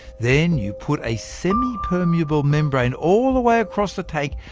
then, you put a semi-permeable membrane all the way across the tank,